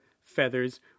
feathers